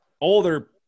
Older